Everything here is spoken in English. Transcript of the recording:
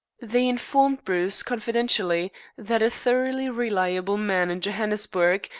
they informed bruce confidentially that a thoroughly reliable man in johannesburg,